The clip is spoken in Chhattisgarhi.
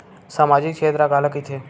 सामजिक क्षेत्र काला कइथे?